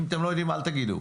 אם אתם לא יודעים, אל תגידו.